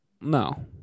no